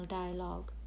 dialogue